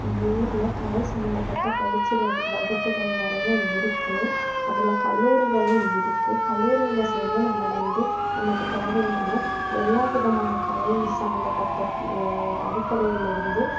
எங்கள் ஊரில் கலை சம்மந்தப்பட்ட பயிற்சி வகுப்புகள் நிறைய இருக்குது அதில் கல்லூரிகளும் இருக்குது கல்லூரியில் சேர்ந்து நம்ம வந்து நமக்கு தேவையான எல்லா விதமான கலை சம்மந்தப்பட்ட அடிப்படைலேருந்து